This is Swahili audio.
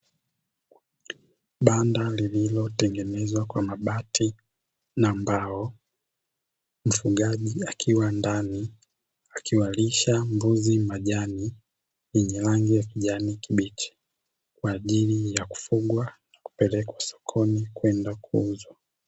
Banda lililotengenezwa kwa mabati na mbao, mfugaji akiwa ndani akiwalisha mbuzi majani yenye rangi ya kijani kibichi, kwa ajili ya kufugwa kupelekwa sokoni kwenda kuuzwa.